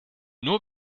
nur